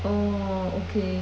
oh okay